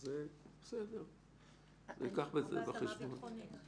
או בהתאמה ביטחונית.